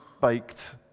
baked